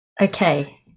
okay